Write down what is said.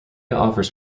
offers